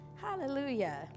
Hallelujah